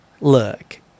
Look